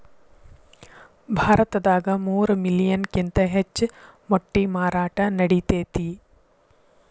ಭಾರತದಾಗ ಮೂರ ಮಿಲಿಯನ್ ಕಿಂತ ಹೆಚ್ಚ ಮೊಟ್ಟಿ ಮಾರಾಟಾ ನಡಿತೆತಿ